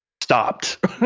stopped